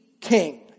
king